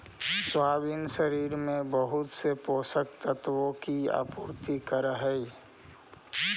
soybean शरीर में बहुत से पोषक तत्वों की आपूर्ति करअ हई